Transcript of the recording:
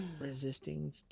Resisting